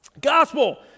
Gospel